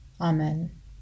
Amen